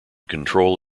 control